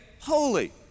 holy